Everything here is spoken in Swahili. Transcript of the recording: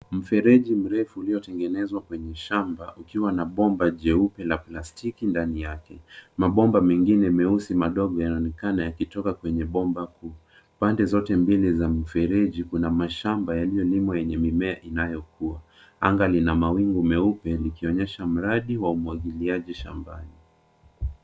Mfereji mrefu uliotengenezwa kwenye mishamba, ukiwa na bomba jeupe la plastiki ndani yake. Mabomba mengine meusi madogo yanaonekana yakitoka kwenye bomba kuu. Pande zote mbili za mfereji kuna mashamba yaliyolimwa, yenye mimea inayokua. Anga lina mawingu meupe, likionyesha mradi wa umwagiliaji shambani.